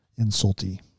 insulty